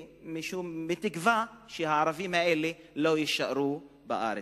בתקווה שהערבים האלה לא יישארו בארץ.